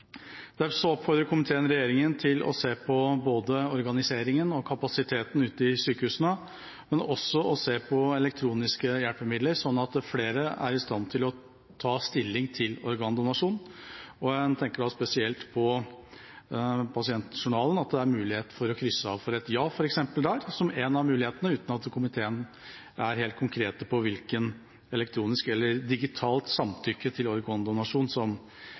Derfor oppfordrer komiteen regjeringa til å se på både organiseringen og kapasiteten ute i sykehusene og på elektroniske hjelpemiddel, slik at flere er i stand til å ta stilling til organdonasjon. Jeg tenker da spesielt på pasientjournalen, at det f.eks. er mulig å krysse av for et «ja» der, uten at komiteen er helt konkret på hvilket elektronisk eller digitalt samtykke til organdonasjon som